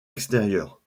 extérieurs